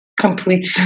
complete